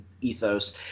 ethos